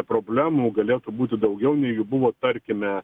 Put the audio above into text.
problemų galėtų būti daugiau nei jų buvo tarkime